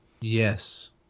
Yes